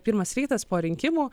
pirmas rytas po rinkimų